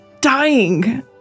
dying